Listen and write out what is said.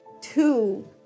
two